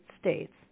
States